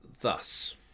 thus